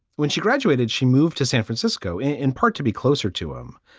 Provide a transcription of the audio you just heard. when she graduated, she moved to san francisco in part to be closer to him.